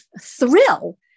thrill